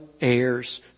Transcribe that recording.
heirs